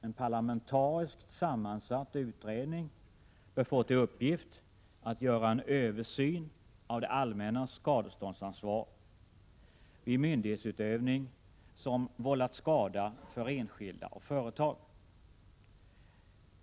En parlamentariskt sammansatt utredning bör få till uppgift att göra en översyn av det allmännas skadeståndsansvar vid myndighetsutövning som vållat skada för enskilda och företag.